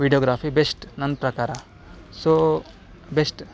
videography best ನನ್ನ ಪ್ರಕಾರ so best